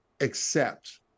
accept